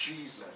Jesus